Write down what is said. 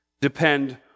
depend